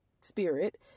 spirit